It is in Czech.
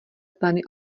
pleny